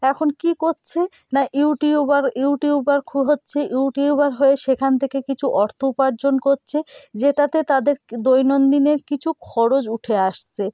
এখন কি করছে না ইউটিউবার ইউটিউবার হচ্ছে ইউটিউবার হয়ে সেখান থেকে কিছু অর্থ উপার্জন করছে যেটাতে তাদের দৈনন্দিনের কিছু খরচ উঠে আসছে